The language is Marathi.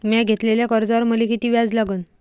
म्या घेतलेल्या कर्जावर मले किती व्याज लागन?